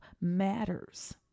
matters